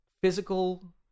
physical